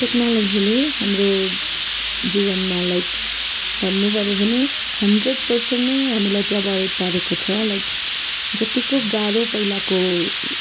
टेक्नोलोजीले हाम्रो जीवनमा लाइक भन्नु भने पनि हान्ड्रेड पर्सेन्ट नै हामीलाई प्रभावित पारेको छ लाइक जतिको गाह्रो पहिलाको